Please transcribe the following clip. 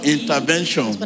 Intervention